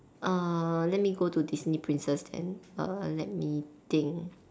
uh let me go to Disney princess then err let me think